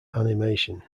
animation